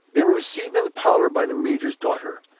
they were received in the parlor by the major's daughter,